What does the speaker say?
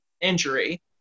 injury